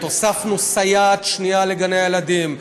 הוספנו סייעת שנייה לגני הילדים,